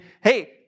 hey